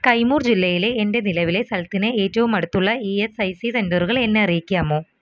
കൈമൂർ ജില്ലയിലെ എൻ്റെ നിലവിലെ സ്ഥലത്തിന് ഏറ്റവും അടുത്തുള്ള ഇ എസ് ഐ സി സെൻറ്ററുകൾ എന്നെ അറിയിക്കാമോ